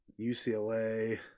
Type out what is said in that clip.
ucla